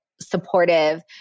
supportive